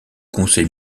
conseil